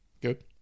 Good